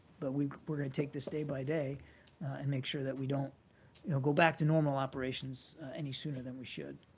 but we're going to take this day by day and make sure that we don't you know go back to normal operations any sooner than we should.